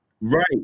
Right